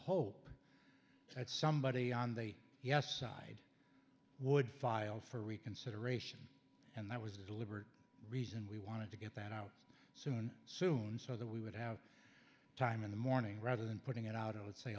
hope that somebody on the yes side would file for reconsideration and that was a deliberate reason we wanted to get that out soon soon so that we would have time in the morning rather than putting it out i would say